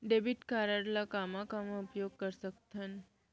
Debit card ला कामा कामा उपयोग कर सकथन?